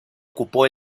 ocupó